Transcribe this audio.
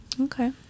Okay